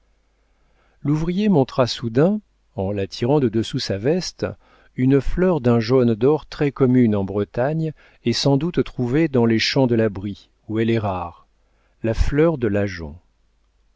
l'ouvrier montra soudain en la tirant de dessous sa veste une fleur d'un jaune d'or très commune en bretagne et sans doute trouvée dans les champs de la brie où elle est rare la fleur de l'ajonc